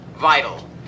vital